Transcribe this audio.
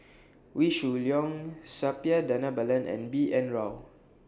Wee Shoo Leong Suppiah Dhanabalan and B N Rao